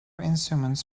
instruments